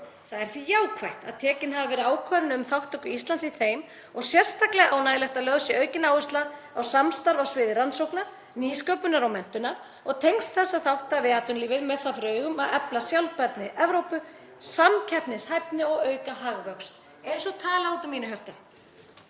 Það er því jákvætt að tekin hafi verið ákvörðun um þátttöku Íslands í þeim og sérstaklega ánægjulegt að lögð sé aukin áhersla á samstarf á sviði rannsókna, nýsköpunar og menntunar og tengsl þessara þátta við atvinnulífið með það fyrir augum að efla sjálfbærni Evrópu, samkeppnishæfni og auka hagvöxt. Eins og talað út úr mínu hjarta.